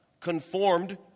Conformed